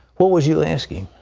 what would you ask him?